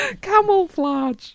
Camouflage